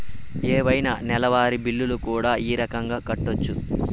ఏవైనా నెలవారి బిల్లులు కూడా ఈ రకంగా కట్టొచ్చు